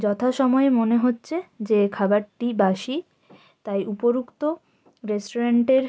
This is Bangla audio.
যথাসময়ে মনে হচ্ছে যে খাবারটি বাসি তাই উপরোক্ত রেস্টুরেন্টের